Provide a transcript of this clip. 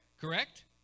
correct